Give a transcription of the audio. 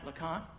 Lacan